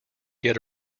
get